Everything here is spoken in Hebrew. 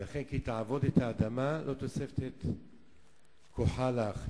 ולכן "כי תעבוד את האדמה לא תוסף תת כחה לך,